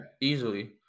easily